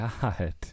God